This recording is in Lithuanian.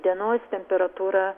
dienos temperatūra